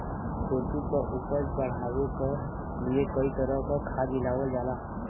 खेती क उपज बढ़ावे क लिए कई तरह क खाद मिलावल जाला